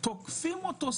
תוקפים אותו.